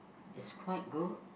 it's quite good